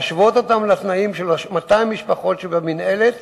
ולהשוות את התנאים שלהן לתנאים של 200 המשפחות שבמינהלת,